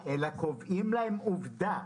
אלא קובעים להם עובדה: